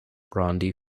rodney